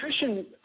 nutrition